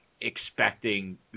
expecting